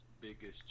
biggest